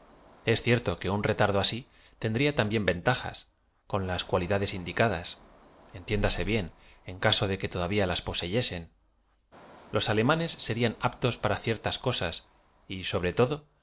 es cierto que ua re tardo asi tendría también ventajas con las cualida des indicadas entiéndase bien en caso de que todavía las poseyesen los alemanes serian aptos para ciertas cosas y sobre todo